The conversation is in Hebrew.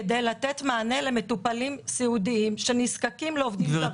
כדי לתת מענה למטופלים סיעודיים שנזקקים לעובדים זרים.